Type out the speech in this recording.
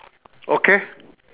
okay